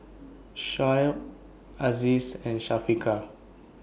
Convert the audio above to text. Shoaib Aziz and Syafiqah